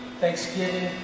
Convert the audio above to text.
Thanksgiving